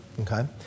okay